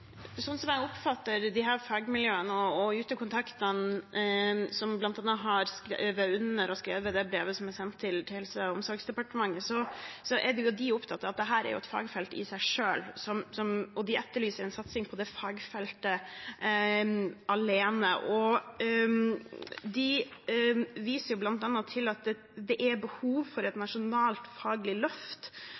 Sånn som jeg oppfatter disse fagmiljøene og utekontaktene som bl.a. har skrevet under på det brevet som er sendt til Helse- og omsorgsdepartementet, er de opptatt av at dette er et fagfelt i seg selv, og de etterlyser en satsing på dette fagfeltet alene. De viser bl.a. til at det er behov for et nasjonalt faglig løft